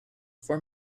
for